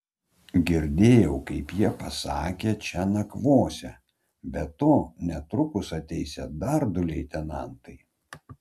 girdėjau kaip jie pasakė čia nakvosią be to netrukus ateisią dar du leitenantai